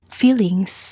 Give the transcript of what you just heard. feelings